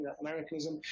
americanism